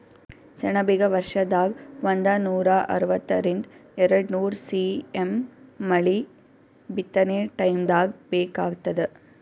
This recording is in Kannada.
ಸೆಣಬಿಗ ವರ್ಷದಾಗ್ ಒಂದನೂರಾ ಅರವತ್ತರಿಂದ್ ಎರಡ್ನೂರ್ ಸಿ.ಎಮ್ ಮಳಿ ಬಿತ್ತನೆ ಟೈಮ್ದಾಗ್ ಬೇಕಾತ್ತದ